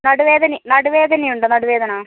നടു വേദന നടു വേദന ഉണ്ടോ നടു വേദന